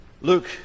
Luke